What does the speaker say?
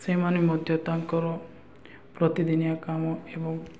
ସେମାନେ ମଧ୍ୟ ତାଙ୍କର ପ୍ରତିଦିିନିଆ କାମ ଏବଂ